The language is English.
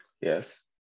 Yes